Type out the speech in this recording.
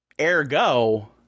Ergo